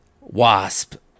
Wasp